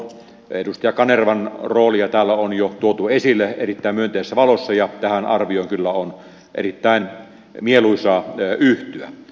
edustaja kanervan roolia täällä on jo tuotu esille erittäin myönteisessä valossa ja tähän arvioon kyllä on erittäin mieluisaa yhtyä